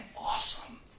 awesome